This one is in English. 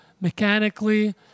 mechanically